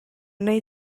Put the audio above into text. wnei